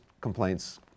complaints